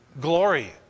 glory